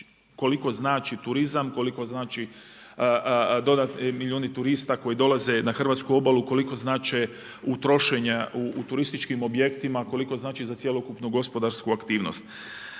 Koliko znači turizam, koliko znači milijuni turista koji dolaze na hrvatsku obalu, koliko znače trošenja u turističkim objektima koliko znači za cjelokupnu gospodarsku aktivnost.